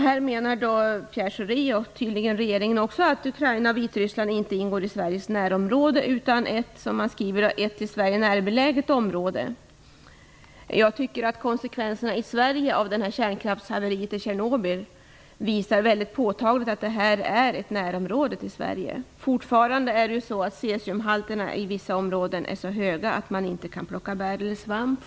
Pierre Schori och tydligen även regeringen i övrigt menar att Ukraina och Vitryssland inte ingår i Sveriges närområde utan är, som man skriver, "ett till Sverige närbeläget område". Jag tycker att konsekvenserna i Sverige av kärnkraftshaveriet i Tjernobyl mycket påtagligt visar att det är fråga om ett av Sveriges närområden. Fortfarande är cesiumhalterna i vissa områden så höga att man inte kan plocka bär eller svamp.